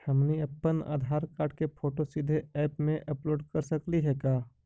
हमनी अप्पन आधार कार्ड के फोटो सीधे ऐप में अपलोड कर सकली हे का?